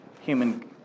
human